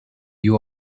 you